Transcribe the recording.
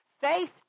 Faith